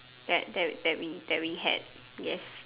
that that that we that we had yes